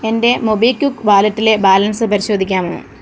എന്റെ മൊബീക്വുക്ക് വാലറ്റിലെ ബാലൻസ്സ് പരിശോധിക്കാമോ